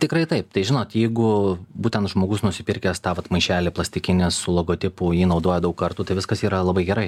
tikrai taip tai žinot jeigu būtent žmogus nusipirkęs tą vat maišelį plastikinį su logotipu jį naudoja daug kartų tai viskas yra labai gerai